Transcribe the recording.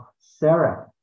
Sarah